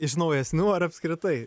iš naujesnių ar apskritai